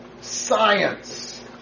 science